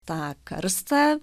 tą karstą